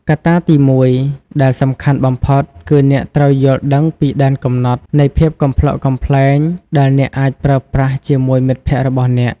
កត្តាទីមួយដែលសំខាន់បំផុតគឺអ្នកត្រូវយល់ដឹងពីដែនកំណត់នៃភាពកំប្លុកកំប្លែងដែលអ្នកអាចប្រើប្រាស់ជាមួយមិត្តភក្តិរបស់អ្នក។